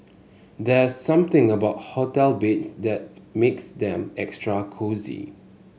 there something about hotel beds that makes them extra cosy